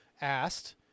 asked